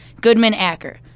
Goodman-Acker